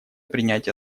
принятия